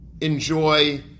enjoy